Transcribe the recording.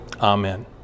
Amen